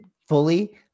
fully